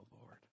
Lord